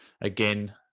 again